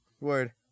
Word